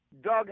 Doug